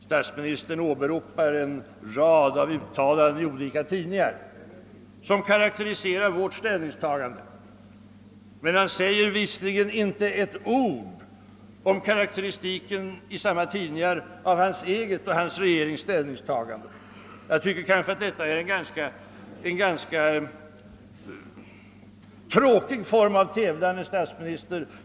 Statsministern åberopar en rad uttalanden i olika tidningar som karakteriserar vårt ställningstagande, men han säger visligen inte ett ord om samma tidningars karakteristik av hans eget och hans regerings ställningstagande. Detta är en ganska tråkig form av tävlan, herr statsminister.